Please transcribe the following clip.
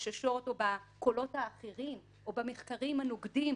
בחששות או בקולות האחרים או במחקרים הנוגדים,